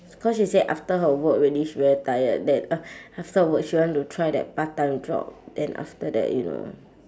cause she say after her work already she very tired then after her work she want to try that part time job then after that you know